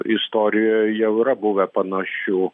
istorijoje jau yra buvę panašių